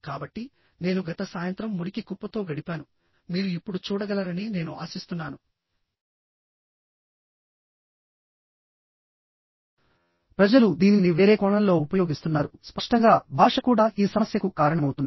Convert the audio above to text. కాబట్టి నేను గత సాయంత్రం మురికి కుప్పతో గడిపాను మీరు ఇప్పుడు చూడగలరని నేను ఆశిస్తున్నాను ప్రజలు దీనిని వేరే కోణంలో ఉపయోగిస్తున్నారు స్పష్టంగా భాష కూడా ఈ సమస్యకు కారణమవుతుంది